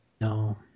No